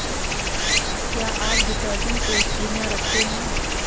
क्या आप डिटर्जेंट पेस्ट्रियाँ रखते हैं